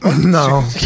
no